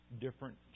different